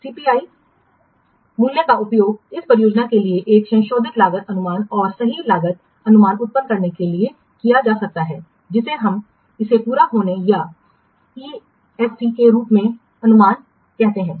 CPI मूल्य का उपयोग उस परियोजना के लिए एक संशोधित लागत अनुमान और सही लागत अनुमान उत्पन्न करने के लिए किया जा सकता है जिसे हम इसे पूरा होने या ईएसी के रूप में अनुमान कहते हैं